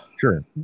Sure